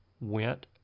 went